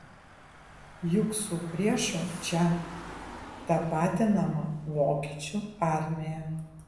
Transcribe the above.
juk su priešu čia tapatinama vokiečių armija